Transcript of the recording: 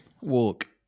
Walk